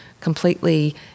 completely